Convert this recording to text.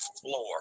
floor